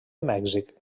mèxic